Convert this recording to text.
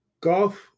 golf